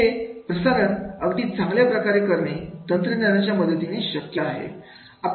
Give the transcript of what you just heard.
हे प्रसारण अगदी चांगल्या प्रकारे करणे तंत्रज्ञानाच्या मदतीने शक्य आहे